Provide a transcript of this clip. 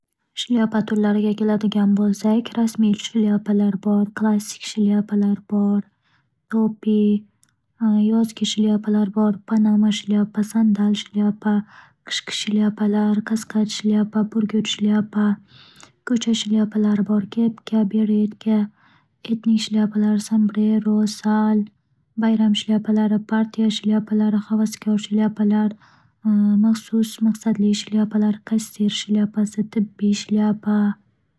Shlyapa turlariga keladigan bo'lsak. Rasmiy shlyapalar bor. Klassik shlyapalar bor, topi. Yozgi shlyapalar bor, panama shlyapa, sandal shlyapa, qishki shlyapalar, kaskad shlyapa, burgut shlyapa. Ko'cha shlyapalari bor: kepka, beretka. Etnik shlyapalar: sambrero, sal, bayram shlyapalari, partiya shlyapalari, havaskor shlyapalar, maxsus, maqsadli shlyapalar, kassir shlyapasi, tibbiy shlyapa.